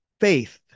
faith